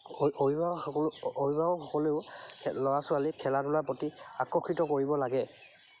অভি অভিভাৱক সকলো অভিভাৱকসকলেও ল'ৰা ছোৱালীক খেলা ধূলাৰ প্ৰতি আকৰ্ষিত কৰিব লাগে